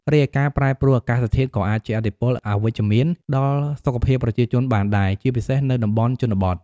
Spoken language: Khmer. រីឯ ការប្រែប្រួលអាកាសធាតុ ក៏អាចជះឥទ្ធិពលអវិជ្ជមានដល់សុខភាពប្រជាជនបានដែរ ជាពិសេសនៅតំបន់ជនបទ។